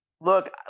Look